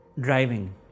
driving